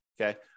okay